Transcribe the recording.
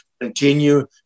continue